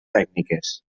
tècniques